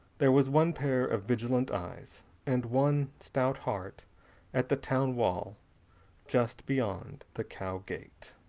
there was one pair of vigilant eyes and one stout heart at the town wall just beyond the cow gate!